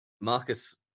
Marcus